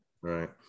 Right